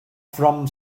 from